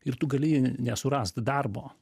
ir tu gali nesurast darbo